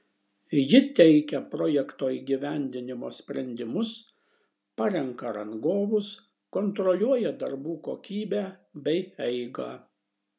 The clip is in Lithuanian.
ji teikia projekto įgyvendinimo sprendimus parenka rangovus kontroliuoja darbų kokybę bei eigą